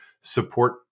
support